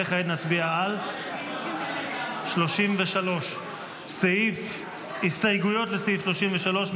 וכעת נצביע על 33. הסתייגויות לסעיף 33,